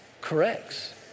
Corrects